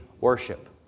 worship